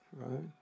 right